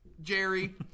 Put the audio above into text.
Jerry